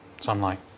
sunlight